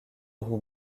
roues